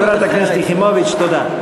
חברת הכנסת יחימוביץ, תודה.